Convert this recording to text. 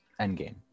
Endgame